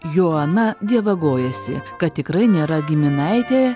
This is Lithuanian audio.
joana dievagojasi kad tikrai nėra giminaitė